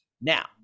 Now